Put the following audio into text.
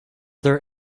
there